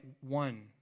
one